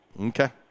Okay